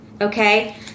okay